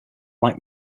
like